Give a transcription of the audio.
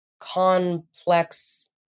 Complex